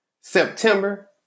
September